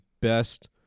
best